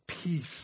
peace